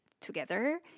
together